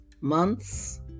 months